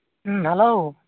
ᱦᱩᱸ ᱦᱮᱞᱳ